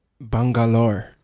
Bangalore